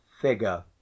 figure